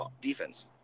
defense